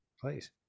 Please